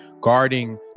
guarding